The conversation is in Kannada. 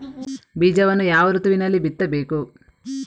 ಬೀಜವನ್ನು ಯಾವ ಋತುವಿನಲ್ಲಿ ಬಿತ್ತಬೇಕು?